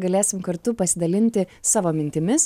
galėsim kartu pasidalinti savo mintimis